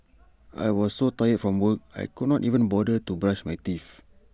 I was so tired from work I could not even bother to brush my teeth